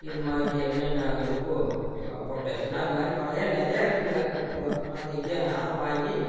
இதுமாதிரி என்னென்ன உப்பு போட்டாச்சுன்னால் அதுமாதிரி பழைய நிறையா இருக்குங்க உப்புகள் அதை இய்யா அதை வாங்கி